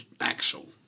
Axel